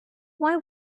why